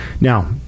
Now